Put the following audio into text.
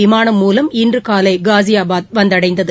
விமானம் மூலம் இன்று காலை காஸியாபாத் வந்தடைந்தது